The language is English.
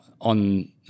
on